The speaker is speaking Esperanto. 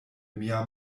mia